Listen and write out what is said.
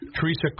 Teresa